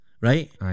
Right